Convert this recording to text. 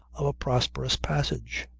of a prosperous passage.